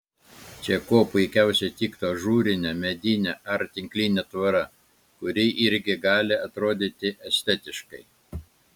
čia kuo puikiausiai tiktų ažūrinė medinė ar tinklinė tvora kuri irgi gali atrodyti estetiškai